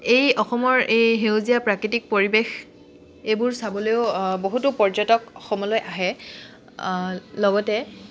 এই অসমৰ এই সেউজীয়া প্ৰাকৃতিক পৰিৱেশ এইবোৰ চাবলৈও বহুতো পৰ্যটক অসমলৈ আহে লগতে